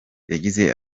yagize